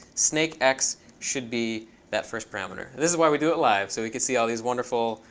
snakex should be that first parameter. this is why we do it live, so we can see all these wonderful,